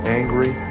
angry